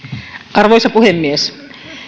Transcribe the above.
arvoisa puhemies